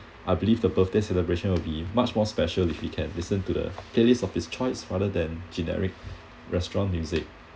I believe the birthday celebration will be much more special if we can listen to the playlist of his choice rather than generic restaurant music